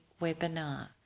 webinar